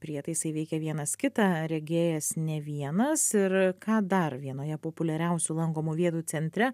prietaisai veikia vienas kitą regėjęs ne vienas ir ką dar vienoje populiariausių lankomų vietų centre